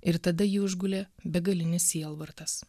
ir tada jį užgulė begalinis sielvartas